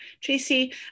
Tracy